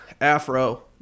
afro